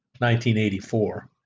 1984